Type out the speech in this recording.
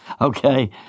Okay